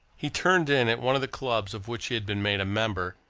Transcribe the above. he turned in at one of the clubs of which he had been made a member,